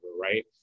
right